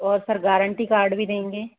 और sir guarantee card भी देंगे